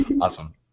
Awesome